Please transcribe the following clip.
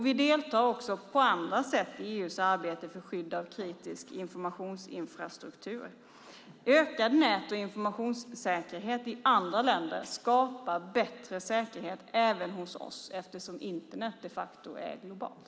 Vi deltar också på andra sätt i EU:s arbete för skydd av kritisk informationsinfrastruktur. Ökad nät och informationssäkerhet i andra länder skapar bättre säkerhet även hos oss eftersom Internet de facto är globalt.